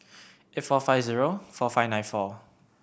eight four five zero four five nine four